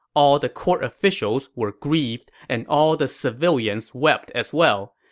all the court officials were grieved, and all the civilians wept as well.